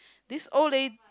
this old lady